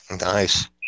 Nice